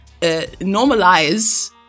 normalize